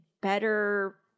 better